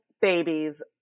babies